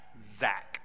Zach